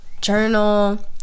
journal